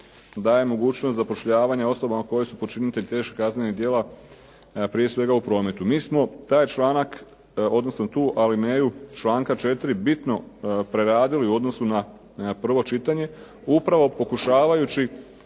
daje mogućnost zapošljavanja osobama koje su počinitelj teških kaznenih djela prije svega u prometu. Mi smo taj članak, odnosno tu alineju članka 4. bitno preradili u odnosu na prvo čitanje upravo pokušavajući